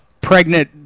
pregnant